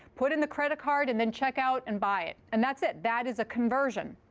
put in the credit card, and then check out and buy it. and that's it. that is a conversion.